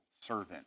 servant